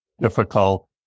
difficult